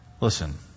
Listen